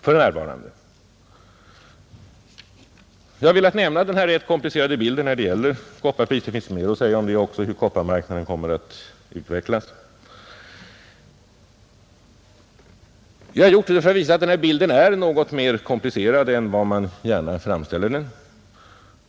Jag har velat lämna denna redogörelse för kopparpriset — det finns mer att säga om hur kopparmarknaden kommer att utvecklas — för att visa att bilden är något mer komplicerad än man ofta framställer den.